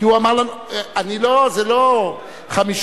ואני לא ארד למגרש העלוב הזה,